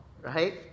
right